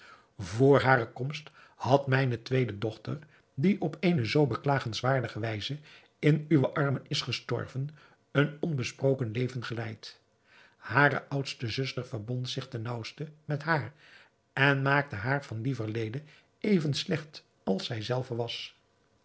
vr hare komst had mijne tweede dochter die op eene zoo beklagenswaardige wijze in uwe armen is gestorven een onbesproken leven geleid hare oudste zuster verbond zich ten naauwste met haar en maakte haar van lieverlede even slecht als zij zelve was